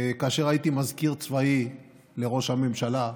כאשר הייתי מזכיר צבאי לראש הממשלה,